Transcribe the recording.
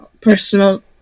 personal